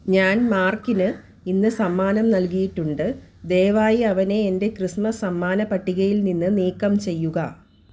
ഞാൻ മാർക്കിന് ഇന്ന് സമ്മാനം നൽകിയിട്ടുണ്ട് ദയവായി അവനെ എൻ്റെ ക്രിസ്മസ് സമ്മാന പട്ടികയിൽ നിന്ന് നീക്കം ചെയ്യുക